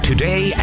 Today